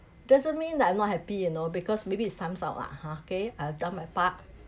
doesn't mean that I'm not happy you know because maybe it's time's up ah ha okay I've done my part